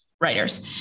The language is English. writers